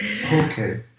Okay